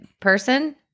person